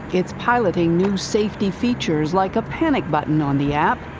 it's piloting new safety features like a panic button on the app,